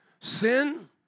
Sin